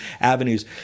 avenues